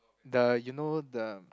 the you know the